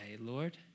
Lord